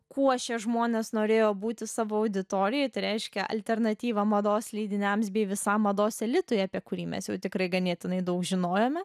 kuo šie žmonės norėjo būti savo auditorijai tai reiškia alternatyvą mados leidiniams bei visam mados elitui apie kurį mes jau tikrai ganėtinai daug žinojome